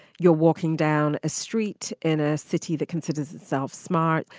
you're walking down a street in a city that considers itself smart.